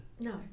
No